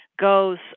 goes